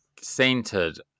centered